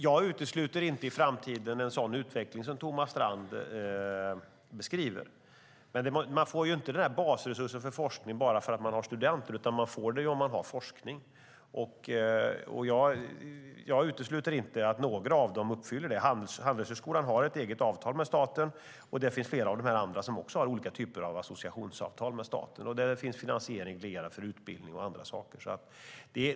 Jag utesluter inte i framtiden en sådan utveckling som Thomas Strand beskriver, men man får inte basresurser för forskning bara för att man har studenter, utan man får det om man har forskning. Jag utesluter inte att några av dem uppfyller det kriteriet. Handelshögskolan har ett eget avtal med staten, och det finns flera andra som också har olika typer av associationsavtal med staten, där det finns finansiering lierad för utbildning och annat.